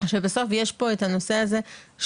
שבסוף יש פה את הנושא הזה שבעצם